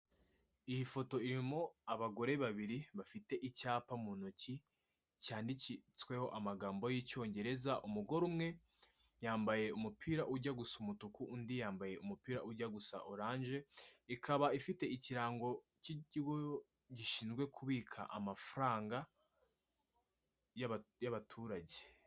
Iyi foto irimo abagore babiri bafite icyapa mu ntoki cyanditsweho amagambo y'Icyongereza, umugore umwe yambaye umupira ujya gusa umutuku, undi yambaye umupira ujya gusa oranje, ikaba ifite ikirango cy'ikigo gishinzwe kubika amafaranga y'abaturage.